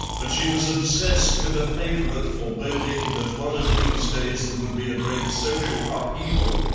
but she was obsessed with a favourite foreboding that one of these days there would be a great social upheaval,